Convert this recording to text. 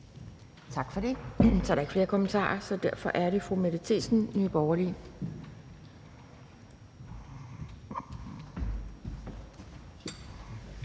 Tak for det. Så er der ikke flere kommentarer, og derfor er det fru Mette Thiesen, Nye Borgerlige.